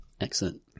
excellent